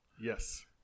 Yes